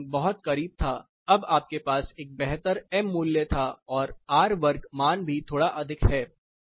सहसंबंध बहुत करीब था अब आपके पास एक बेहतर m मूल्य था और आर वर्ग मान भी यहां थोड़ा अधिक है